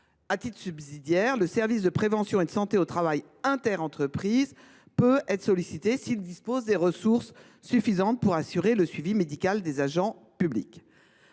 À titre subsidiaire, les services de prévention et de santé au travail interentreprises (SPSTI) peuvent être sollicités s’ils disposent des ressources suffisantes pour assurer le suivi médical des agents publics.